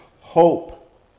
hope